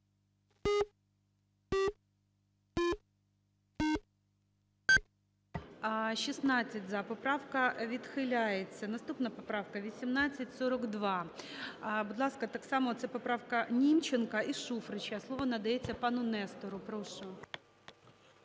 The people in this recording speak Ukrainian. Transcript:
За-16 Поправка відхиляється. Наступна поправка 1842. Будь ласка, так само це поправка Німченка і Шуфрича. Слово надається пану Нестору. Прошу.